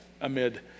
amid